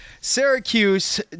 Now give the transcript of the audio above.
Syracuse